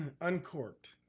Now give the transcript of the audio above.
Uncorked